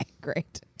great